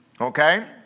Okay